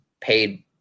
paid